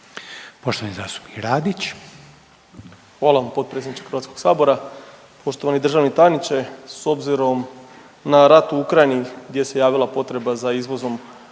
Poštovani zastupnik Radić.